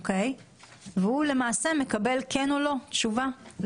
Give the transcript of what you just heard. והוא למעשה מקבל תשובה כן או לא,